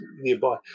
nearby